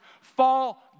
fall